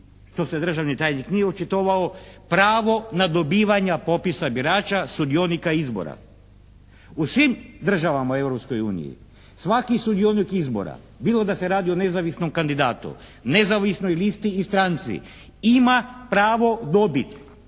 što se državni tajnik nije očitovao, pravo na dobivanje popisa birača, sudionika izbora. U svim državama u Europskoj uniji svaki sudionik izbora bilo da se radi o nezavisnom kandidatu, nezavisnoj listi i stranci, ima pravo dobiti